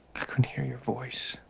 i couldn't hear your voice.